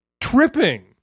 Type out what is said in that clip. tripping